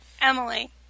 Emily